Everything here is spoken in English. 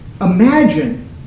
Imagine